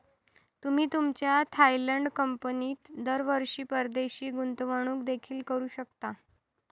तुम्ही तुमच्या थायलंड कंपनीत दरवर्षी परदेशी गुंतवणूक देखील करू शकता